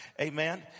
Amen